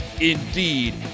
Indeed